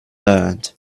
learned